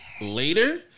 later